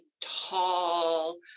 tall